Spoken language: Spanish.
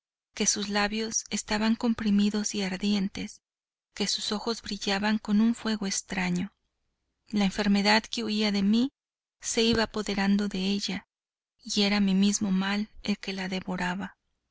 que sus labios estaban comprimidos y ardientes que sus ojos brillaban con un fuego extraño la enfermedad que huía de mí se iba apoderando de ella y era mi mismo mal el que la devoraba